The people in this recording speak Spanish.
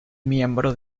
miembro